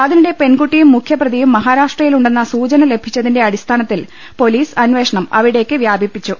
അതിനിടെ പെൺകുട്ടിയും മുഖ്യപ്രതിയും മഹാരാഷ്ട്രയിലുണ്ടെന്ന സൂചന ലഭിച്ചതിന്റെ അടിസ്ഥാനത്തിൽ പൊലീസ് അനേഷണം അവി ടേയ്ക്ക് വ്യാപിപ്പിച്ചു